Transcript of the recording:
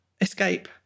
escape